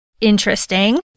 interesting